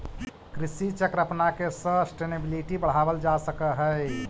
कृषि चक्र अपनाके सस्टेनेबिलिटी बढ़ावल जा सकऽ हइ